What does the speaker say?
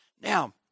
Now